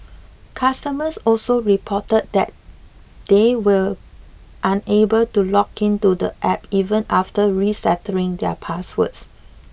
customers also reported that they were unable to log in to the App even after resetting their passwords